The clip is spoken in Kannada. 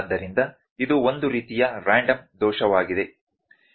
ಆದ್ದರಿಂದ ಇದು ಒಂದು ರೀತಿಯ ರ್ಯಾಂಡಮ್ ದೋಷವಾಗಿದೆ